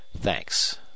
Thanks